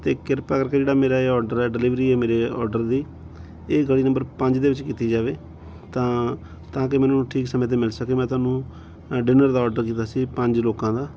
ਅਤੇ ਕਿਰਪਾ ਕਰਕੇ ਜਿਹੜਾ ਮੇਰਾ ਇਹ ਆਰਡਰ ਹੈ ਡਿਲੀਵਰੀ ਹੈ ਮੇਰੇ ਔਡਰ ਦੀ ਇਹ ਗਲੀ ਨੰਬਰ ਪੰਜ ਦੇ ਵਿੱਚ ਕੀਤੀ ਜਾਵੇ ਤਾਂ ਤਾਂ ਕਿ ਮੈਨੂੰ ਠੀਕ ਸਮੇਂ 'ਤੇ ਮਿਲ ਸਕੇ ਮੈਂ ਤੁਹਾਨੂੰ ਡਿਨਰ ਦਾ ਔਡਰ ਦਿੱਤਾ ਸੀ ਪੰਜ ਲੋਕਾਂ ਦਾ